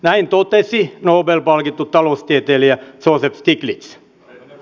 näin totesi nobel palkittu taloustieteilijä joseph stiglitz